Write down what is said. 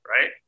right